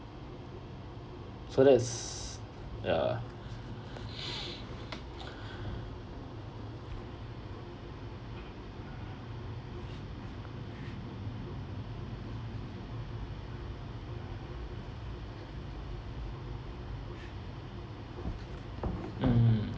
so that's ya mm